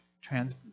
Trans